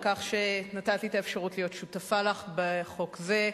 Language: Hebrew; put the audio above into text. על כך שנתת לי את האפשרות להיות שותפה לך בחוק זה,